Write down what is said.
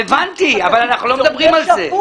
הבנתי, אבל אנחנו לא מדברים על זה.